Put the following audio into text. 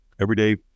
everyday